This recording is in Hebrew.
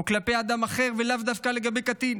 או כלפי אדם אחר ולאו דווקא לגבי קטין,